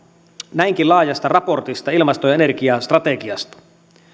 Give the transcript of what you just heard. näinkin laajasta raportista ilmasto ja energiastrategiasta